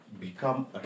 become